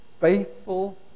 Faithful